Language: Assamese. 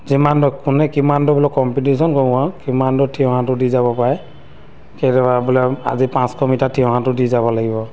যিমান দূৰ কিমান দূৰ বোলে কম্পিটিশ্যন কৰোঁ আৰু কিমান দূৰ থিয় সাঁতোৰ দি যাব পাৰে কেতিয়াবা বোলে আজি পাঁচশ মিটাৰ থিয় সাঁতোৰ দি যাব লাগিব